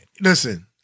listen